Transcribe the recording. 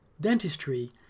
dentistry